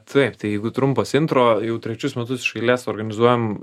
taip tai jeigu trumpas intro jau trečius metus iš eilės organizuojam